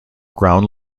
ground